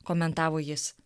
komentavo jis